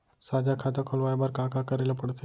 साझा खाता खोलवाये बर का का करे ल पढ़थे?